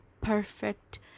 perfect